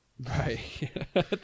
Right